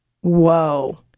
whoa